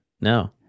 No